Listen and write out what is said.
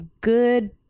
good